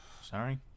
Sorry